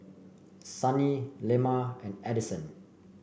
Sunny Lemma and Addyson